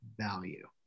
value